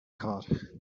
card